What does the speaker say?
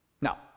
Now